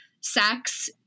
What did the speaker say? sex